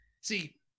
See